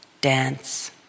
dance